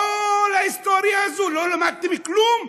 כל ההיסטוריה הזו, לא למדתם כלום?